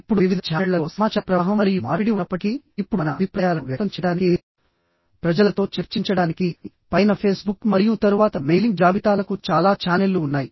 ఇప్పుడు వివిధ ఛానెళ్లలో సమాచార ప్రవాహం మరియు మార్పిడి ఉన్నప్పటికీ ఇప్పుడు మన అభిప్రాయాలను వ్యక్తం చేయడానికి ప్రజలతో చర్చించడానికి పైన ఫేస్బుక్ మరియు తరువాత మెయిలింగ్ జాబితాలకు చాలా ఛానెల్లు ఉన్నాయి